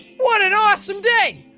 what an awesome day!